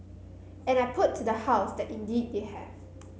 and I put to the House that indeed they have